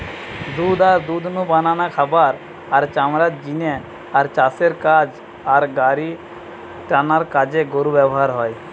দুধ আর দুধ নু বানানো খাবার, আর চামড়ার জিনে আর চাষের কাজ আর গাড়িটানার কাজে গরু ব্যাভার হয়